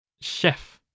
chef